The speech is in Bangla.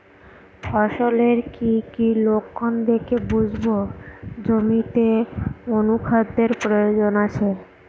ফসলের কি কি লক্ষণ দেখে বুঝব জমিতে অনুখাদ্যের প্রয়োজন আছে?